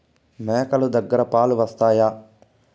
మేక లు దగ్గర పాలు వస్తాయా?